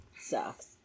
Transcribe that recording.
sucks